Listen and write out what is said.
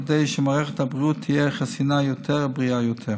כדי שמערכת הבריאות תהיה חסינה יותר ובריאה יותר.